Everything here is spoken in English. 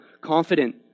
confident